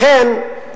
לכן,